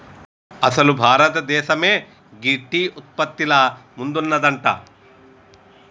అసలు భారతదేసమే గీ టీ ఉత్పత్తిల ముందున్నదంట